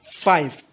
five